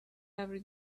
every